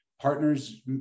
partners